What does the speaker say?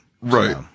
right